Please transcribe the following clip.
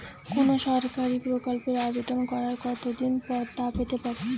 কোনো সরকারি প্রকল্পের আবেদন করার কত দিন পর তা পেতে পারি?